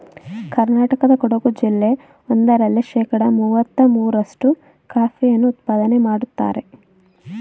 ಕರ್ನಾಟಕದ ಕೊಡಗು ಜಿಲ್ಲೆ ಒಂದರಲ್ಲೇ ಶೇಕಡ ಮುವತ್ತ ಮೂರ್ರಷ್ಟು ಕಾಫಿಯನ್ನು ಉತ್ಪಾದನೆ ಮಾಡ್ತರೆ